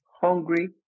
Hungry